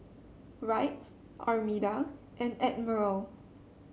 Wright Armida and Admiral